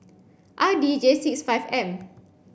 R D J six five M